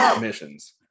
missions